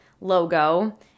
logo